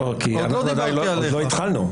כי עוד לא התחלנו.